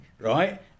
right